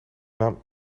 naam